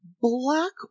black